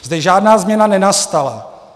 Zde žádná změna nenastala.